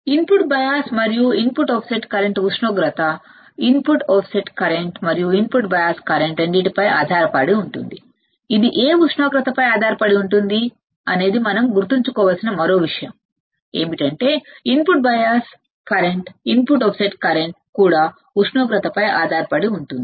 input bias మరియు input offset current రెండూ ఉష్ణోగ్రత పై ఆధారపడి ఉంటాయి మనం గుర్తుంచుకోవలసిన మరో విషయంఏమిటంటే input bias current input offset current ఉష్ణోగ్రతపై ఆధారపడి ఉంటాయి